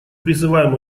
призываем